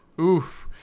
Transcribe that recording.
Oof